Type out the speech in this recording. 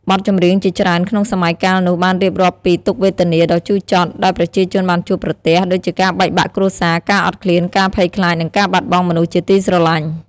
បទចម្រៀងជាច្រើនក្នុងសម័យកាលនោះបានរៀបរាប់ពី ទុក្ខវេទនាដ៏ជូរចត់ ដែលប្រជាជនបានជួបប្រទះ ដូចជាការបែកបាក់គ្រួសារ ការអត់ឃ្លាន ការភ័យខ្លាច និងការបាត់បង់មនុស្សជាទីស្រឡាញ់។